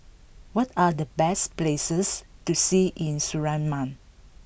what are the best places to see in Suriname